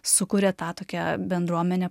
sukuria tą tokią bendruomenę